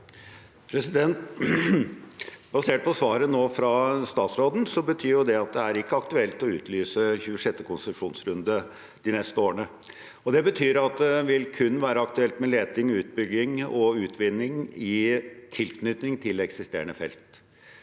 Basert på svar- et fra statsråden nå betyr det at det ikke er aktuelt å utlyse 26. konsesjonsrunde de neste årene. Det betyr at det kun vil være aktuelt med leting, utbygging og utvinning i tilknytning til eksisterende felt.